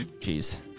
Jeez